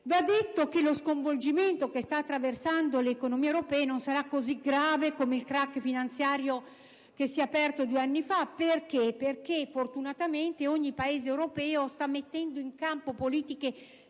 Va detto che lo sconvolgimento che sta attraversando le economie europee non sarà così grave come il *crack* finanziario che si è aperto due anni fa, perché, fortunatamente, ogni Paese europeo sta mettendo in campo politiche